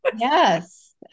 yes